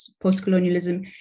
post-colonialism